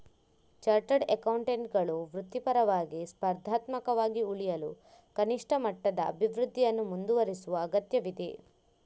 chartered ಅಕೌಂಟೆಂಟುಗಳು ವೃತ್ತಿಪರವಾಗಿ, ಸ್ಪರ್ಧಾತ್ಮಕವಾಗಿ ಉಳಿಯಲು ಕನಿಷ್ಠ ಮಟ್ಟದ ಅಭಿವೃದ್ಧಿಯನ್ನು ಮುಂದುವರೆಸುವ ಅಗತ್ಯವಿದೆ